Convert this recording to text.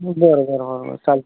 बरं बरं बरं चालते